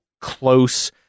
close